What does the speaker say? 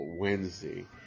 Wednesday